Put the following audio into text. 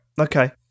Okay